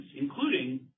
including